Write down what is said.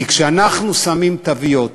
כי כשאנחנו שמים תוויות,